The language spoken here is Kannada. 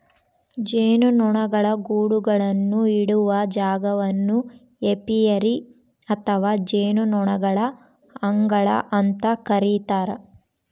ಜೇನುನೊಣಗಳ ಗೂಡುಗಳನ್ನು ಇಡುವ ಜಾಗವನ್ನು ಏಪಿಯರಿ ಅಥವಾ ಜೇನುನೊಣಗಳ ಅಂಗಳ ಅಂತ ಕರೀತಾರ